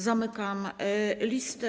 Zamykam listę.